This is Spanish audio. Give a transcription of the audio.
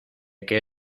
qué